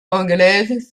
anglaise